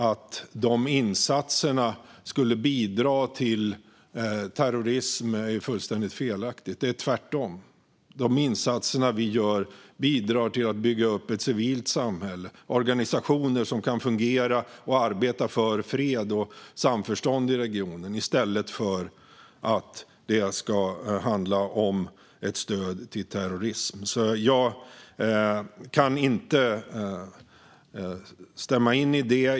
Att de insatserna skulle bidra till terrorism är fullständigt felaktigt. Det är tvärtom. De insatser vi gör bidrar till att bygga upp ett civilt samhälle och organisationer som kan fungera och arbeta för fred och samförstånd i regionen. Det handlar inte om stöd till terrorism. Jag kan inte instämma i det.